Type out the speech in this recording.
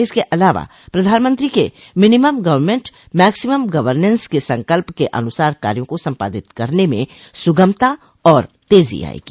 इसके अलावा प्रधानमंत्री के मिनिमम गर्वमेंट मैक्सिमम गर्वनेंस के संकल्प के अनुसार कार्यो को संपादित करने में सुगमता और तेजी आयेगी